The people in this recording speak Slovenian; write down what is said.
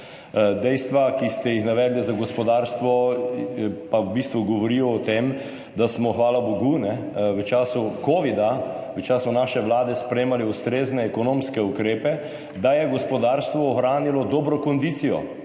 Dejstva, ki ste jih navedli za gospodarstvo, pa v bistvu govorijo o tem, da smo, hvala bogu, v času covida, v času naše vlade sprejemali ustrezne ekonomske ukrepe, da je gospodarstvo ohranilo dobro kondicijo.